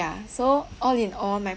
ya so all in all my